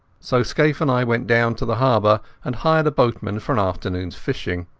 so scaife and i went down to the harbour and hired a boatman for an afternoonas fishing.